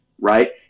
right